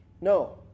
No